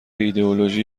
ایدئولوژی